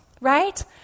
right